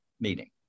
meeting